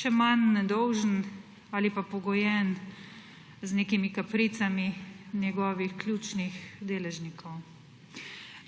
še manj nedolžen ali pa pogojen z nekimi kapricami njegovih ključnih deležnikov.